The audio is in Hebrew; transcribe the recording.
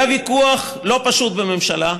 היה ויכוח לא פשוט בממשלה.